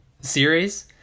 series